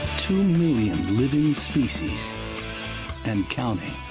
two million living species and counting.